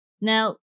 Now